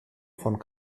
von